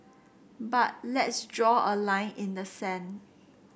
but let's draw a line in the sand